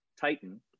Titan